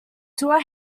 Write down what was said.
tour